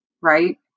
Right